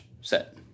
set